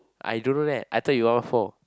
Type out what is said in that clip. I don't know that I thought you one one four